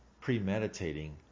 premeditating